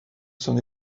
son